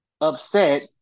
upset